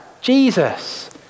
Jesus